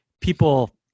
people